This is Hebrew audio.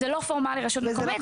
זה לא פורמלית רשות מקומית,